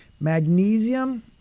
Magnesium